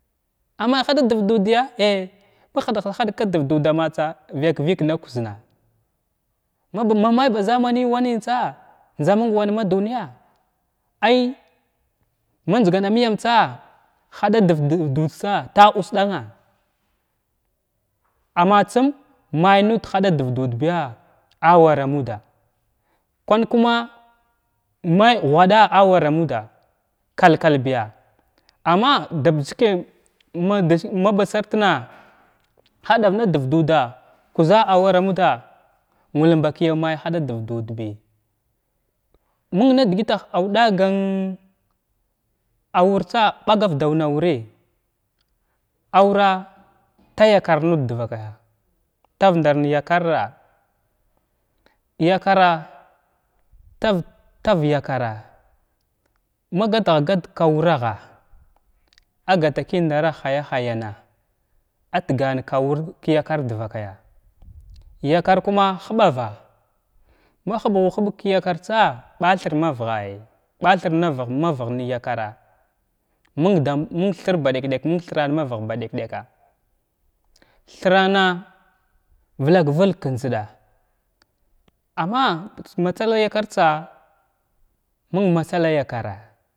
Amay haɗa div dudbiya ma haɗva haɗg kdir duda ma tsa vəyak vəg na kuzzən mabi ma may ba zamanəy wanəntsa njza məng wan madunayya ay ma njzga məyam tsa haɗa dir du dudən tsa ta usɗana amma tsum may nud haɗadiv duud biya awara muda kwan kuma may ghwaɗa a wara muda kal kal biya amma doɓ chikay ma maba sartəna kaɗav naɗiv duuda kuzza awara muda nulm ba kəyam may haɗa dir dudəy məng na dəgəttah aw ɗagan awurtsa ɓagar daw na wuri awrah thyakar nuda dvakay tar nɗar yakar ya yakara tar tar yakara magatgha gatg ka ruwa gha a gata kinɗaragha hay-hayana atgan ka wur kiyakafr dvakayya yakar kuma huɓava ma huɓgu huɓg ka yakartsa bathir ma vaghay bathir ma vagh ma vagh yakata məngdam məng thir ba dəyk ɗəyk məng thram ma vagh ba dəyk dəyka thiranna vlak vəlg ka njzɗa amma matsalla yakartsa məng matsalla yakara.